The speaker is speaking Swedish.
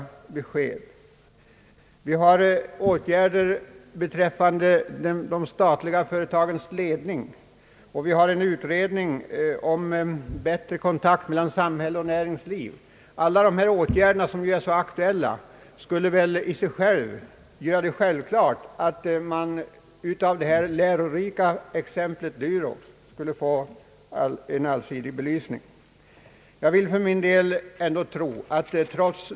Vi diskuterar likaså åtgärder beträffande de statliga företagens ledning, och det pågår en utredning om bättre kontakt mellan samhälle och näringsliv. Alla dessa aktuella frågor gör det självklart att man borde få en allsidig belysning av det lärorika exemplet Durox.